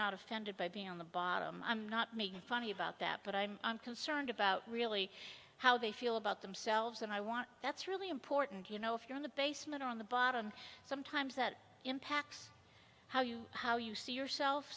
not offended by being on the bottom i'm not making funny about that but i'm concerned about really how they feel about themselves and i want that's really important you know if you're in the basement or on the bottom sometimes that impacts how you how you see yourself